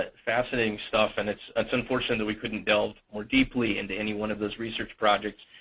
ah fascinating stuff, and it's it's unfortunate that we couldn't delve more deeply into any one of those research projects.